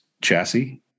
chassis